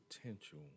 potential